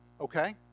okay